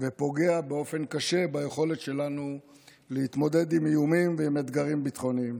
ופוגע באופן קשה ביכולת שלנו להתמודד עם איומים ועם אתגרים ביטחוניים.